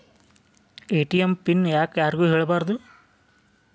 ATM pin ಯಾಕ್ ಯಾರಿಗೂ ಹೇಳಬಾರದು?